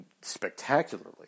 spectacularly